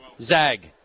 Zag